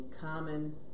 common